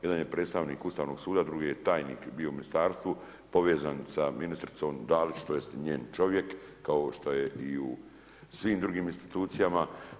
Jedan je predstavnik Ustavnog suda, drugi je tajnik bio u ministarstvu povezan sa ministricom Dalić, tj. njen čovjek kao što je i u svim drugim institucijama.